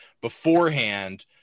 beforehand